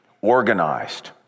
organized